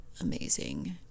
amazing